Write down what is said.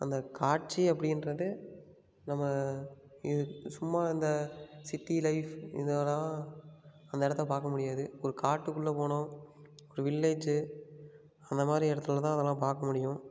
அந்த காட்சி அப்படின்றது நம்ம இது சும்மா இந்த சிட்டி லைஃப் இதுலலாம் அந்த இடத்த பார்க்க முடியாது ஒரு காட்டுக்குள்ளே போகணும் ஒரு வில்லேஜ் அந்தமாதிரி இடத்துலதான் அதல்லாம் பார்க்க முடியும்